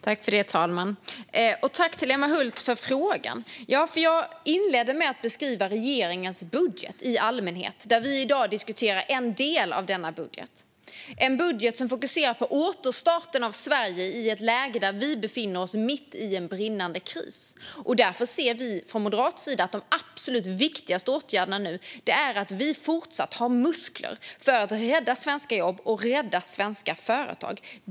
Herr talman! Tack, Emma Hult, för frågan! Jag inledde med att beskriva regeringens budget i allmänhet. I dag diskuterar vi en del av denna budget. Det är en budget som fokuserar på återstarten av Sverige i ett läge där vi befinner oss mitt i en brinnande kris. Därför ser vi från moderat sida att det absolut viktigaste nu är att vi fortsatt har muskler för att rädda svenska jobb och företag.